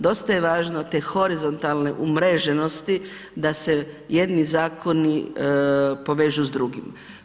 Dosta je važno te horizontalne umreženosti, da se jedni zakoni povežu s drugima.